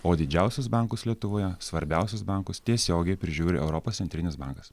o didžiausius bankus lietuvoje svarbiausius bankus tiesiogiai prižiūri europos centrinis bankas